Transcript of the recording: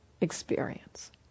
experience